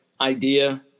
idea